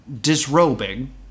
disrobing